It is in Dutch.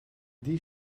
die